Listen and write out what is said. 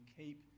keep